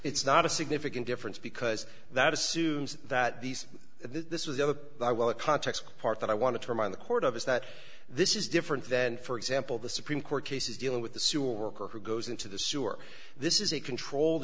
it's not a significant difference because that assumes that these this was never by well a context part that i want to remind the court of is that this is different than for example the supreme court cases dealing with the sewer worker who goes into the sewer this is a controlled